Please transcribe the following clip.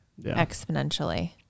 exponentially